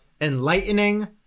enlightening